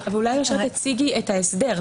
אולי תציגי את ההסדר.